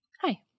Hi